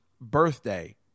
birthday